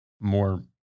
more